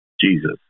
Jesus